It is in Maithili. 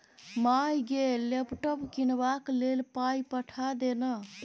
माय गे लैपटॉप कीनबाक लेल पाय पठा दे न